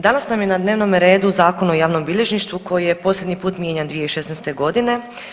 Danas nam je na dnevnome redu Zakon o javnom bilježništvu koji je posljednji put mijenjan 2016.g.